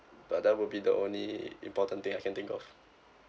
but that would be the only important thing I can think of